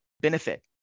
benefit